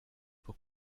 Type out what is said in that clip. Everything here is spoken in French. pour